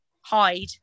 hide